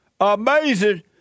Amazing